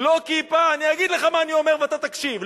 "לא כיפה" אני אגיד לך מה אני אומר ואתה תקשיב,